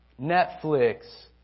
Netflix